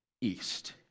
east